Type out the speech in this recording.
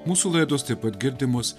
mūsų laidostaip pat girdimos